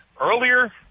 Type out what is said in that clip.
Earlier